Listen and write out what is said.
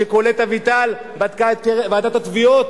כשקולט אביטל בדקה את ועידת התביעות,